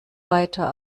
weiter